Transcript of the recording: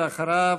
ואחריו,